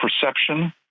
perception